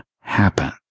happen